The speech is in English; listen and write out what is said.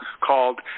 called